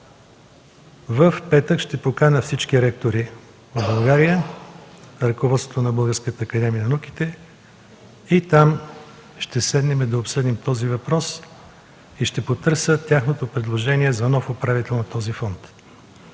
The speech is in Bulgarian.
в петък ще поканя всички ректори в България, ръководството на Българската академия на науките, ще седнем да обсъдим този въпрос и ще потърся тяхното предложение за нов управител на този фонд.